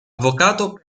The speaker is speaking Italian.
avvocato